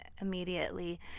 immediately